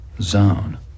Zone